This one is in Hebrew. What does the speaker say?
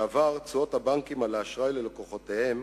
בעבר תשואות הבנקים על האשראי ללקוחותיהם